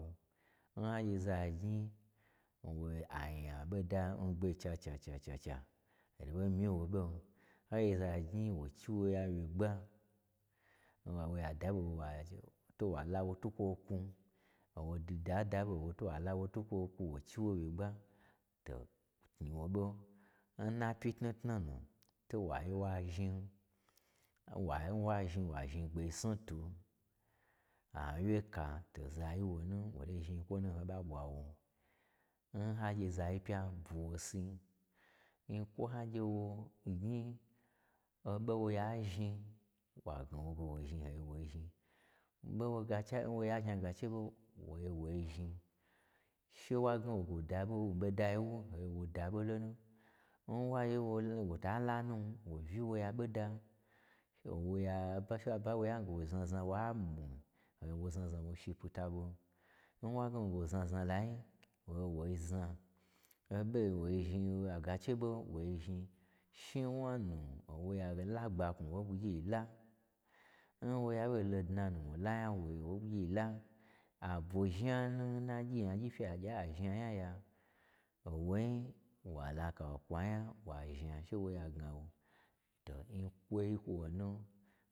N ha gye za gnyi, owo anya, ɓoda ngbei cha cha cha cha cha, ho to ɓo myin wo ɓon. N ha gye za gnyi woi chi woya wyegba, n-o ho ya daɓo n woi wa che to wa la wo n twukwo kwun o wodida da ɓo n woi to wa lo won twukwo kwun wo chiwo wyegba, to knyiwa ɓo. Nna pyi tnutnu nu to waye wa zhnin, wanwa zhni wa zhni n gbei snutwu, ha wyeka to zaye n wonu woto zhni nyikwo nu n ho ɓa ɓwa. Won n ha gye za yi pya bwu wasi, nyikwon ha gye wo n gnyi, oɓo n wo ya zhni, wa gna wo ge wo zhni ha gye woi zhni, ɓi wo ya gakhe-n wo ya zhna gahe ɓo woi wo zhni, she wo gnawo ga wo daɓo n ɓodai wu, ha gye woi da ɓo lonu, n waye wonu wo ta lanu, wo uyi woya ɓoda, o wo ya wo yan ge wo znazna wa mwu, ha gye woi znazna woi shi pita ɓo, n wa gna wo ge wo znazna lai, ga gye woi zna, oɓo wo zhni, agache ɓo woi zhni, shniwna nu, owo ya la gbaknwu owoi ɓwugyi wola, nwo ya ɓo lio dnanu, wo la nya woi-o woi ɓwugyi la, abwo zhna nu, nna gyi nyagyi fyi agyi a zhna nya ya, owo nyi wa laka wa zhna she woya gnawo, to nyikwoi kwo nu.